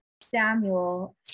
samuel